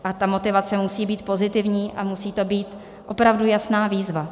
A ta motivace musí být pozitivní a musí to být opravdu jasná výzva.